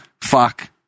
Fuck